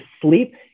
sleep